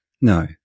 No